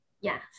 Yes